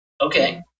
Okay